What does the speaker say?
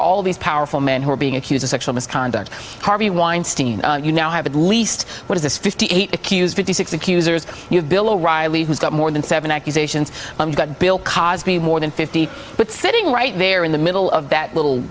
all these powerful men who are being accused of sexual misconduct harvey weinstein you now have at least one of this fifty eight accused fifty six accusers you have bill o'reilly who's got more than seven accusations i'm got bill cosby more than fifty but sitting right there in the middle of that little